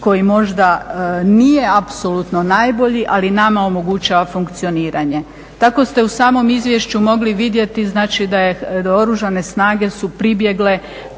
koji možda nije apsolutno najbolji ali nama omogućava funkcioniranje. Tako ste u samom izvješću mogli vidjeti znači da je Oružane snage su pribjegle